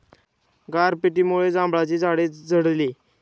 गारपिटीमुळे जांभळाची झाडे झडली